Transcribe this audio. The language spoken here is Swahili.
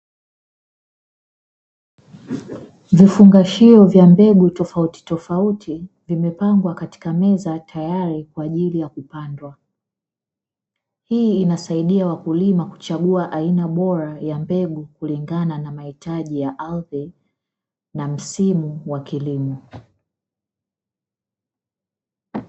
Vifungashio vya mbegu tofauti tofauti vimepangwa katika meza tayari kwa ajili ya kupandwa. Hii inasaidia wakulima kuchagua aina bora ya mbegu kulingana na mahitaji ya ardhi na msimu wa kilimo.